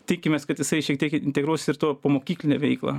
tikimės kad jisai šiek tiek integruos ir tuo po mokyklinę veiklą